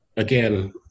again